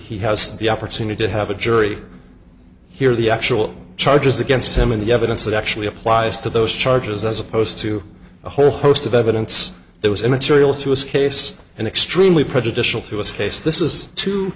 he has the opportunity to have a jury hear the actual charges against him and the evidence that actually applies to those charges as opposed to a whole host of evidence that was immaterial to us case and extremely prejudicial to its case this is to